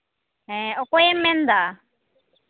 ᱦᱮᱸ ᱚᱠᱚᱭᱮᱢ ᱢᱮᱱᱫᱟ